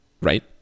right